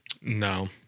No